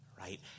Right